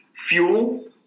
Fuel